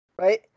right